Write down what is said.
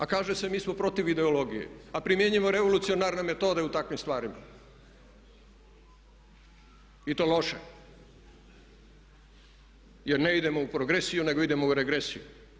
A kaže se mi smo protiv ideologije a primjenjujemo revolucionarne metode u takvim stvarima i to loše jer ne idemo u progresiju nego idemo u regresiju.